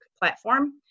platform